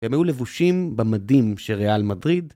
הם היו לבושים במדים של ריאל מדריד.